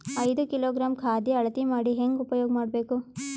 ಐದು ಕಿಲೋಗ್ರಾಂ ಖಾದ್ಯ ಅಳತಿ ಮಾಡಿ ಹೇಂಗ ಉಪಯೋಗ ಮಾಡಬೇಕು?